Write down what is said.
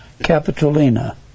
Capitolina